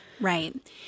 Right